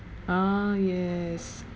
ah yes